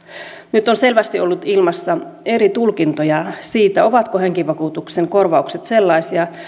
nyt on selvästi ollut ilmassa eri tulkintoja siitä ovatko henkivakuutuksen korvaukset sellaisia